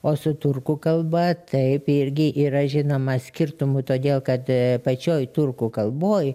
o su turkų kalba taip irgi yra žinoma skirtumų todėl kad pačioj turkų kalboj